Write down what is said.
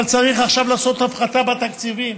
אבל צריך עכשיו לעשות הפחתה בתקציבים.